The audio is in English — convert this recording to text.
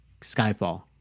Skyfall